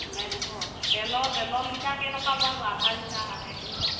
মিলাই দিব আৰু তেলৰ তেলৰ লিটাৰ কেইটকা বা আধা লিটাৰ এক লিটাৰ